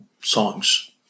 songs